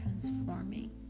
transforming